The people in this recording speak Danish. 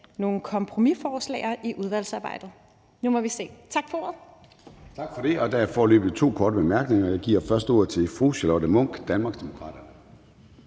nogle kompromisforslag i udvalgsarbejdet. Nu må vi se. Tak for ordet. Kl. 16:24 Formanden (Søren Gade): Tak for det. Der er foreløbig to korte bemærkninger, og jeg giver først ordet til fru Charlotte Munch, Danmarksdemokraterne.